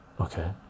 Okay